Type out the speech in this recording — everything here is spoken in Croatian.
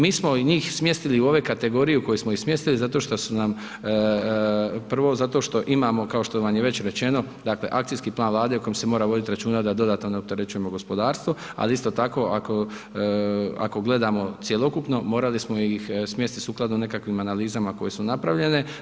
Mi smo njih smjestili u ove kategorije u koje smo ih smjestili zato što su nam, prvo zato što imamo, kao što vam je već rečeno, dakle, akcijski plan Vlade o kojem se mora vodit računa da dodatno ne opterećujemo gospodarstvo, ali isto tako ako gledamo cjelokupno, morali smo ih smjestit sukladno nekakvim analizama koje su napravljene.